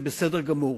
זה בסדר גמור,